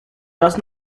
does